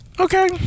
Okay